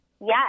Yes